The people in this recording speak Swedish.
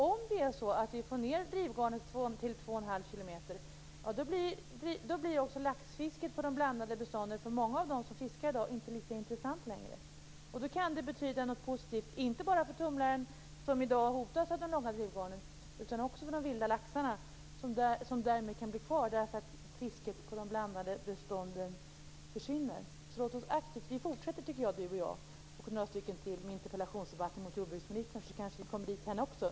Om vi får ned drivgarnen till 2,5 km blir också laxfisket på de blandade bestånden för många av dem som fiskar i dag inte lika intressant längre. Då kan det betyda något positivt inte bara för tumlaren, som i dag hotas av de långa drivgarnen, utan också för de vilda laxarna, som kan bli kvar i och med att fisket på de blandade bestånden försvinner. Jag tycker att vi fortsätter, Ulf Kero och jag och några stycken till, med interpellationsdebatter mot jordbruksministern, så kanske vi övertygar henne också.